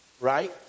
right